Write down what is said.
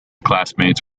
classmates